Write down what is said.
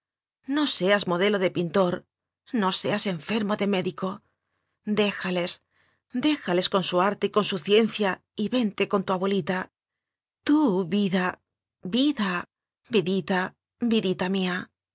no seas modelo de pin tor no seas enfermo de médico déjales dé jales con su arte y con su ciencia y vente con tu abuelita tú vida vida vidita